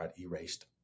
erased